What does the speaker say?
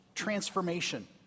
transformation